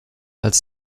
als